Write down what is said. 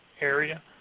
area